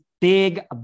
big